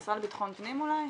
המשרד לביטחון פנים אולי.